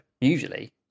usually